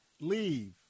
leave